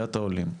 לאוכלוסיית העולים.